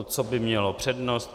Co by mělo přednost?